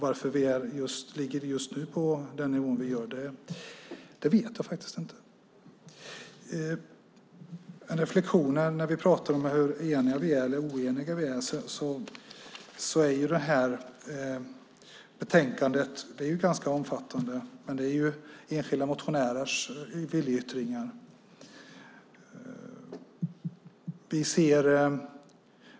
Varför vi ligger på denna nivå just nu vet jag faktiskt inte. Jag ska göra en reflexion när vi pratar om hur eniga eller oeniga vi är. Detta betänkande är ganska omfattande. Men det är enskilda motionärers viljeyttringar.